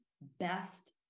best